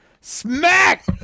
Smack